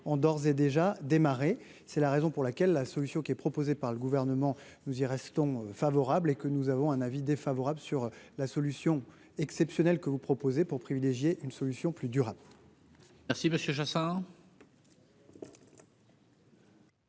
ont d'ores et déjà démarré, c'est la raison pour laquelle la solution qui est proposée par le gouvernement, nous y restons favorables et que nous avons un avis défavorable sur la solution exceptionnelle que vous proposez pour privilégier une solution plus durable. Merci, parce que je sors.